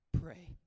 pray